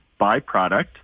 byproduct